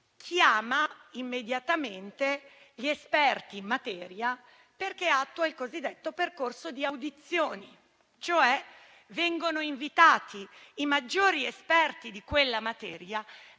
Chiama immediatamente gli esperti in materia, perché attua il cosiddetto percorso di audizioni: vengono cioè invitati i maggiori esperti di quella materia